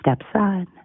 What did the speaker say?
stepson